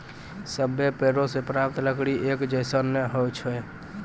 सभ्भे पेड़ों सें प्राप्त लकड़ी एक जैसन नै होय छै